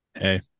Hey